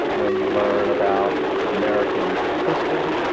when you learn about american history,